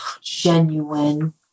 genuine